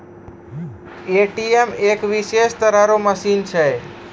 ATM एक विशेष तरहो के मशीन छै